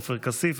עופר כסיף,